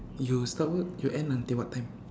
you start work you end until what time